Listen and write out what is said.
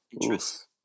interest